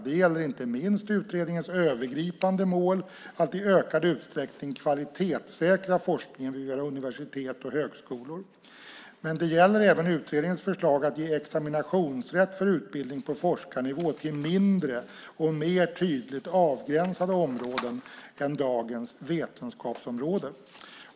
Det gäller inte minst utredningens övergripande mål att i ökad utsträckning kvalitetssäkra forskningen vid våra universitet och högskolor. Men det gäller även utredningens förslag att ge examinationsrätt för utbildning på forskarnivå till mindre och mer tydligt avgränsade områden än dagens vetenskapsområde.